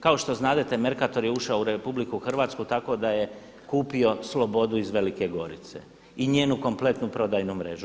Kao što znadete Mercator je ušao u RH tako da je kupio Slobodu iz Velike Gorice, i njenu kompletnu prodajnu mrežu.